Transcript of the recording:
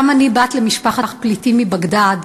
גם אני בת למשפחת פליטים, מבגדאד,